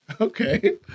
Okay